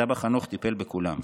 סבא חנוך טיפל בכולם,